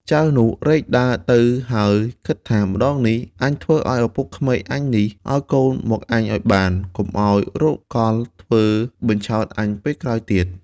ចៅនោះរែកដើរទៅហើយគិតថា ម្តងនេះអញធ្វើឱ្យឪពុកក្មេកអញនេះ ឱ្យកូនមកអញឱ្យបាន កុំឱ្យរកកលធ្វើបញ្ឆោតអញពេលក្រោយទៀត។